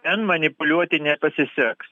ten manipuliuoti nepasiseks